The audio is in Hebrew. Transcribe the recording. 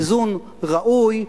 איזון ראוי,